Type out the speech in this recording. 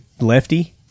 lefty